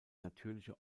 natürliche